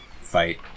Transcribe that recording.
fight